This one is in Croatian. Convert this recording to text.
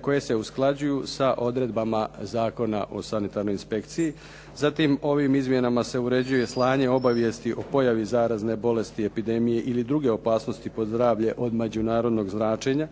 koje se usklađuju sa odredbama Zakona o sanitarnoj inspekciji. Zatim ovim izmjenama se uređuje slanje obavijesti o pojavi zarazne bolesti, epidemije ili druge opasnosti po zdravlje od međunarodnog značenja